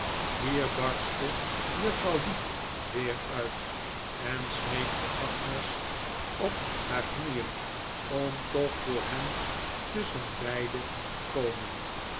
hier barstte juffrouw heep weer uit en smeekte agnes op haar knieen om toch voor hen tusschenbeide te komen